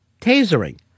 tasering